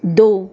दो